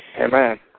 Amen